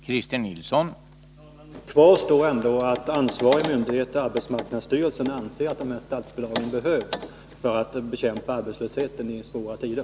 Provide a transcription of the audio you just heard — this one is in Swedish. Herr talman! Kvar står ändå att den ansvariga myndigheten, arbetsmarknadsstyrelsen, anser att de här statsbidragen behövs för att bekämpa arbetslösheten i svåra tider.